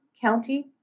County